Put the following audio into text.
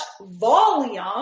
volume